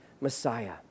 Messiah